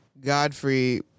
Godfrey